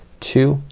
two,